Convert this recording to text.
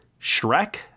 Shrek